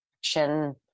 action